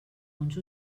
uns